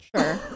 Sure